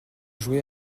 jouait